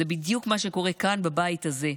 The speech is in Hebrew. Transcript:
זה בדיוק מה שקורה כאן בבית הזה.